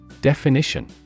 Definition